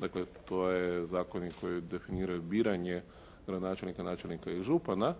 Dakle, to su zakoni koji definiraju biranje gradonačelnika, načelnika i župana